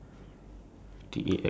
ya there is there is